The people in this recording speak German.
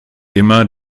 immer